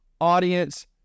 audience